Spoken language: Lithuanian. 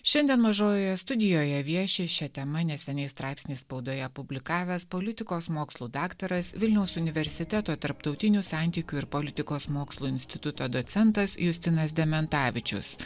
šiandien mažojoje studijoje vieši šia tema neseniai straipsnį spaudoje publikavęs politikos mokslų daktaras vilniaus universiteto tarptautinių santykių ir politikos mokslų instituto docentas justinas dementavičius